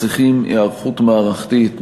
מצריכים היערכות מערכתית,